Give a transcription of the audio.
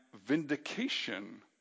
vindication